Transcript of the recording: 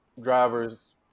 drivers